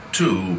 two